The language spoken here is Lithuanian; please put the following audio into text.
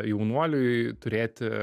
jaunuoliui turėti